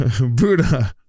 Buddha